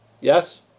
Yes